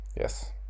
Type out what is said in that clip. Yes